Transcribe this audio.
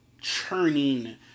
churning